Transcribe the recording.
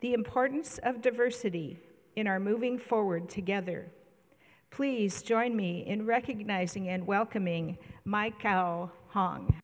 the importance of diversity in our moving forward together please join me in recognizing and welcoming my cow hong